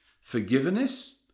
forgiveness